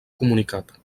comunicat